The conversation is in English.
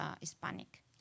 Hispanic